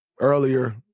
earlier